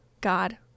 God